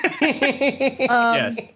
Yes